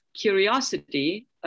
curiosity